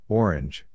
orange